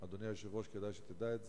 אדוני היושב-ראש, כדאי שתדע את זה.